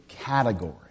category